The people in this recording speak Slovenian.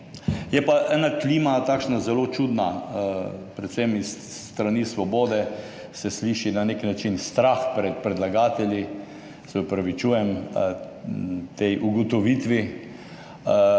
Je pa ena takšna zelo čudna klima, predvsem s strani Svobode se sliši na nek način strah pred predlagatelji, se opravičujem tej ugotovitvi,